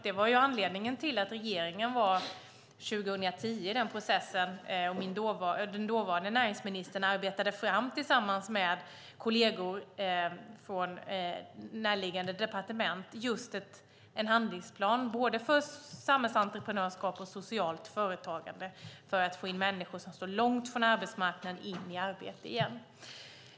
Det var anledningen till att regeringen 2010 var i den processen och den dåvarande näringsministern tillsammans med kolleger från närliggande departement arbetade fram en handlingsplan både för samhällsentreprenörskap och socialt företagande för att få in människor som står långt från arbetsmarknaden i arbete igen.